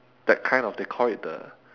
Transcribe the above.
that kind of they call it the